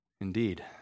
Indeed